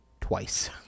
twice